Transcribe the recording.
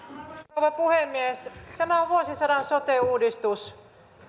rouva puhemies tämä on vuosisadan sote uudistus